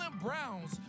browns